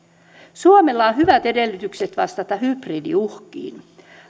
suomella on hyvät edellytykset vastata hybridiuhkiin